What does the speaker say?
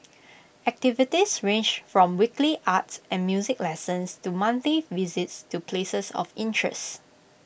activities range from weekly arts and music lessons to monthly visits to places of interests